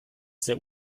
sehr